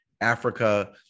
Africa